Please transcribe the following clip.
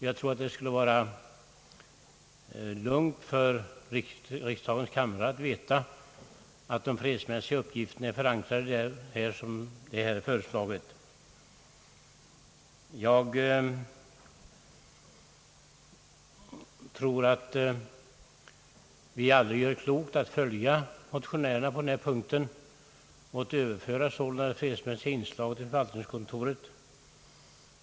Jag tror att det skulle vara lugnt för riksdagens kamrar att veta att de fredsmässiga uppgifterna är förankrade där, såsom här har föreslagits. Jag anser att vi gör klokt i att följa motionärerna på denna punkt och sålunda överföra det fredsmässiga inslaget till förvaltningskontoret.